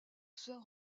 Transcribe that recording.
sir